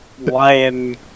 lion